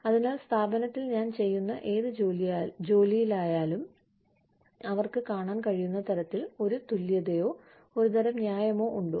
അതിനാൽ സ്ഥാപനത്തിൽ ഞാൻ ചെയ്യുന്ന ഏത് ജോലിയായാലും അവർക്ക് കാണാൻ കഴിയുന്ന തരത്തിൽ ഒരു തുല്യതയോ ഒരുതരം ന്യായമോ ഉണ്ടോ